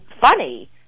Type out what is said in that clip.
funny